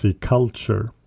culture